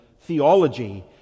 theology